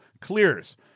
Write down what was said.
Clears